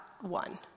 one